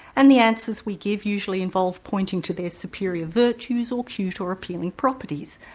and the answers we give usually involve pointing to their superior virtues or cute or appealing properties,